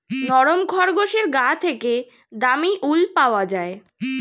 নরম খরগোশের গা থেকে দামী উল পাওয়া যায়